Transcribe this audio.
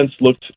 looked